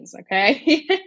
okay